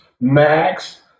Max